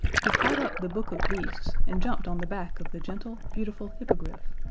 he caught up the book of beasts and jumped on the back of the gentle, beautiful hippogriff,